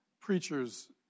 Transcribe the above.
preachers